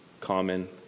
common